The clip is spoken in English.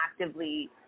actively